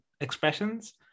expressions